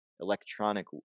electronic